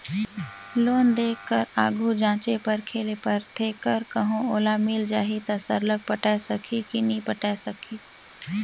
loan देय कर आघु जांचे परखे ले परथे कर कहों ओला मिल जाही ता सरलग पटाए सकही कि नी पटाए सकही